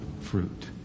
fruit